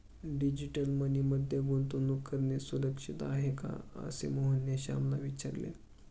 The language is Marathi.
डिजिटल मनी मध्ये गुंतवणूक करणे सुरक्षित आहे का, असे मोहनने श्यामला विचारले